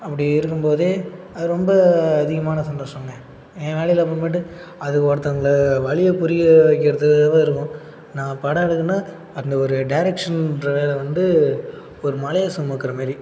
அப்படி இருக்கும்போது அது ரொம்ப அதிகமான சந்தோஷம்ங்க என் வேலையில் அப்புறமேட்டு அது ஒருத்தவங்க வலியை புரிய வைக்கிறதுக்காகவே இருக்கும் நான் படம் எடுக்கணும்னால் அந்த ஒரு டேரெக்ஷன்கிற வேலை வந்து ஒரு மலையை சுமக்கிற மாரி